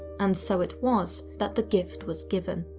and so it was that the gift was given.